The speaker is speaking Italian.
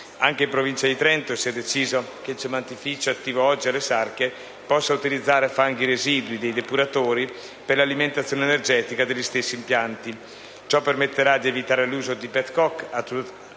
Anche in Provincia di Trento, si è deciso che il cementificio di Sarche di Calarino possa utilizzare i fanghi residui dei depuratori per l'alimentazione energetica degli stessi impianti: ciò permetterà di evitare l'uso di *pet coke*,